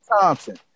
Thompson